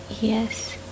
yes